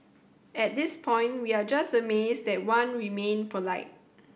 at this point we are just amazed that Wan remained polite